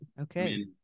okay